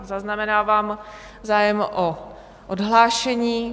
Zaznamenávám zájem o odhlášení.